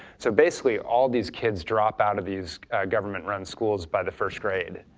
so basically all these kids drop out of these government run schools by the first grade.